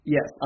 Yes